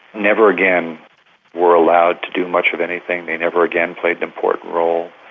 never again were allowed to do much of anything, they never again played an important role.